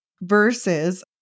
Versus